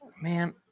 Man